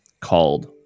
called